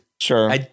Sure